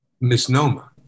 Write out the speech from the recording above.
misnomer